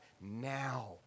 now